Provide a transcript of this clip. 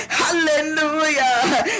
hallelujah